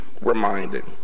reminded